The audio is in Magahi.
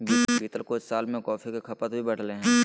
बीतल कुछ साल में कॉफ़ी के खपत भी बढ़लय हें